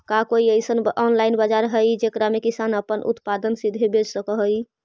का कोई अइसन ऑनलाइन बाजार हई जेकरा में किसान अपन उत्पादन सीधे बेच सक हई?